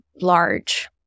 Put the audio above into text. large